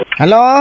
Hello